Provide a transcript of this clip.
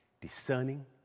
discerning